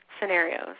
scenarios